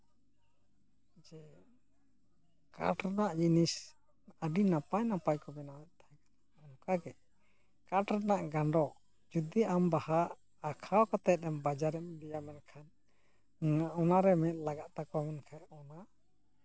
ᱡᱮ ᱠᱟᱴ ᱨᱮᱱᱟᱜ ᱡᱤᱱᱤᱥ ᱟᱹᱰᱤ ᱱᱟᱯᱟᱭ ᱱᱟᱯᱟᱭ ᱠᱚ ᱵᱮᱱᱟᱣ ᱮᱫ ᱛᱟᱵᱚᱱᱟ ᱚᱱᱠᱟ ᱜᱮ ᱠᱟᱴ ᱨᱮᱱᱟᱜ ᱜᱟᱸᱰᱚ ᱡᱩᱫᱤ ᱟᱢ ᱵᱟᱦᱟ ᱟᱸᱠᱷᱟᱣ ᱠᱟᱛᱮ ᱮᱢ ᱵᱟᱡᱟᱨᱮᱢ ᱤᱫᱤᱭᱟ ᱢᱮᱱᱠᱷᱟᱱ ᱚᱱᱟ ᱚᱱᱟ ᱨᱮ ᱢᱮᱸᱫ ᱞᱟᱜᱟᱜ ᱛᱟᱠᱚᱣᱟ ᱢᱮᱱᱠᱷᱟᱱ ᱚᱱᱟ